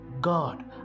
god